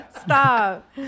Stop